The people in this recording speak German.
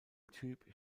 typ